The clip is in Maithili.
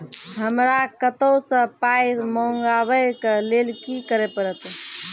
हमरा कतौ सअ पाय मंगावै कऽ लेल की करे पड़त?